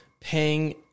paying